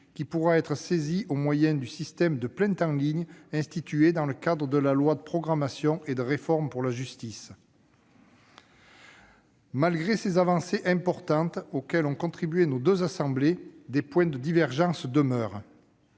qui pourra être saisi au moyen du système de plainte en ligne institué dans le cadre de la loi de programmation et de réforme pour la justice. Malgré ces avancées importantes auxquelles ont contribué nos deux assemblées, des points de divergence demeurent.